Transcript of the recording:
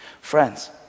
friends